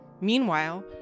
Meanwhile